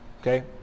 okay